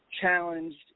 challenged